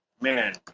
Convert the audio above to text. man